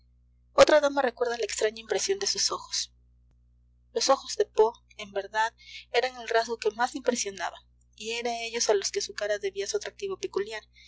otra dama recuerda la extraña impresión de sus ojos los ojos de poe en verdad eran el rasgo que más impresionaba y era a ellos a los que su cara debía su atractivo peculiar